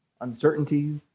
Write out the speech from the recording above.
uncertainties